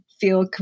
feel